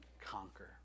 conquer